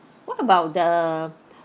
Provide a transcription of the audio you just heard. what about the